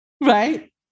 Right